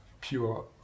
pure